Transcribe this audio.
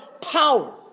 power